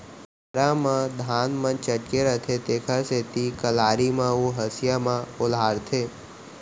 पैरा म धान मन चटके रथें तेकर सेती कलारी म अउ हँसिया म ओलहारथें